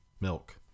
milk